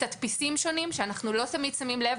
בתדפיסים שונים שאנחנו לא תמיד שמים לב,